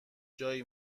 جایی